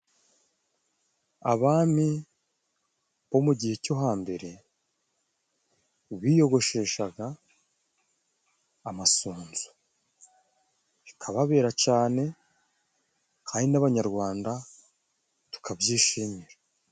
Abami bo mu gihe cyo hambere biyogosheshaga amasunzu bikababera cyane. Kandi n'abanyarwanda tukabyishimira.